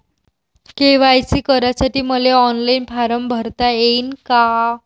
KYC करासाठी मले online form भरता येईन का?